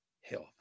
Health